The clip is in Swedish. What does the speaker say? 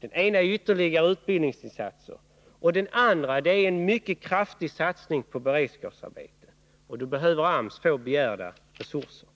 Det ena är ytterligare utbildningsinsatser och det andra är en mycket kraftig satsning på beredskapsarbeten. Och då behöver AMS få begärda resurser.